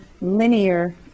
linear